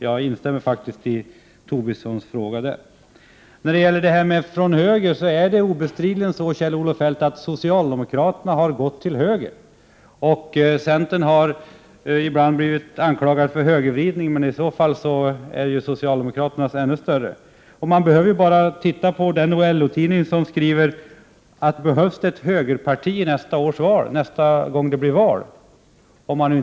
Jag instämmer faktiskt i Lars Tobissons fråga. När det gäller kritik från höger är det obestridligen så, Kjell-Olof Feldt, att socialdemokraterna har gått till höger. Centern har ibland blivit anklagad för högervridning, men i så fall är socialdemokraternas ännu större. Den som inte tror mig behöver bara titta i det nummer av LO-tidningen där det skrivs: Behövs det ett högerparti nästa gång det blir val?